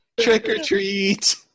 trick-or-treat